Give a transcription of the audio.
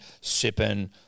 sipping